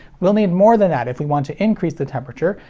we'll need more than that if we want to increase the temperature.